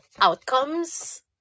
outcomes